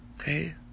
Okay